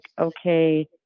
okay